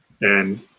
And-